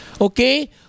Okay